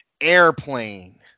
Airplane